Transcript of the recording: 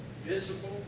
visible